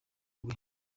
rwe